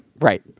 right